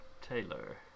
Taylor